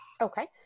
Okay